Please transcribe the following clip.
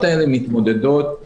שמופיעה